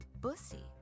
Bussy